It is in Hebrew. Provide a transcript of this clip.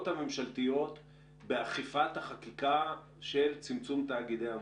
הממשלתיות באכיפת החקיקה של צמצום תאגידי המים.